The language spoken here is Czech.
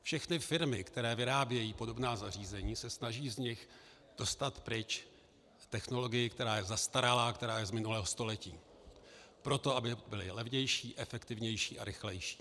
Všechny firmy, které vyrábějí podobná zařízení, se snaží z nich dostat pryč technologii, která je zastaralá, která je z minulého století, proto, aby byly levnější, efektivnější a rychlejší.